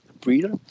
breeder